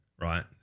right